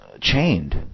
chained